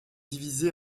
divisées